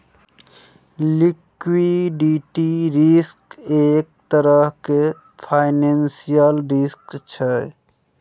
liquidity risk एक तरहक financial risk छै